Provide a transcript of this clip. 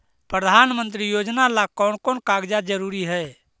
प्रधानमंत्री योजना ला कोन कोन कागजात जरूरी है?